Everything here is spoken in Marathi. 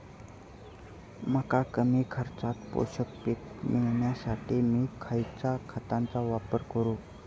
मका कमी खर्चात पोषक पीक मिळण्यासाठी मी खैयच्या खतांचो वापर करू?